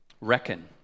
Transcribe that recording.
Reckon